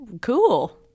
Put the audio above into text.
cool